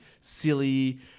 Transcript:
silly